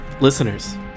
listeners